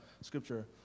scripture